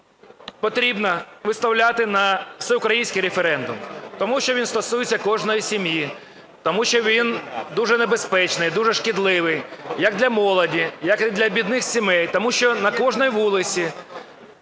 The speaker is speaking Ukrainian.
потрібно виставляти на всеукраїнський референдум, тому що він стосується кожної сім'ї, тому що він дуже небезпечний, дуже шкідливий як молоді, як для бідних сімей, тому що на кожній вулиці